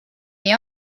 nii